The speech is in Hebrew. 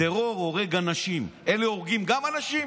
הטרור הורג אנשים, ואלה הורגים גם אנשים